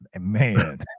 man